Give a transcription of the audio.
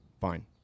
fine